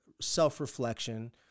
self-reflection